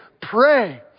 pray